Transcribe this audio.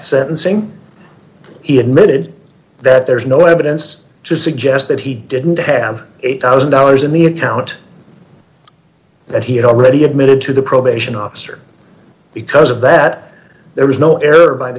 sentencing he admitted that there is no evidence to suggest that he didn't have eight thousand dollars in the account that he had already admitted to the probation officer because of that there was no error by the